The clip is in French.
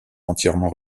entièrement